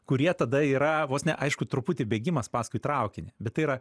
kurie tada yra vos ne aišku truputį bėgimas paskui traukinį bet tai yra